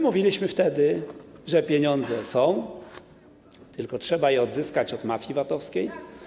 Mówiliśmy wtedy, że pieniądze są, tylko trzeba je odzyskać od mafii VAT-owskiej.